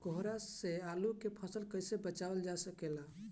कोहरा से आलू के फसल कईसे बचावल जा सकेला?